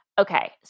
Okay